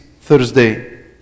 Thursday